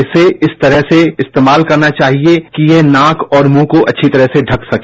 इसे इस तरह से काटा जाना चाहिए कि यह नाक और मुंह को अच्छी तरह से ढक सके